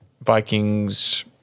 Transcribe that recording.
Vikings